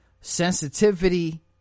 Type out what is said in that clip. sensitivity